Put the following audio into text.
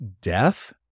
death